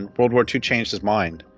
and world war two changed his mind.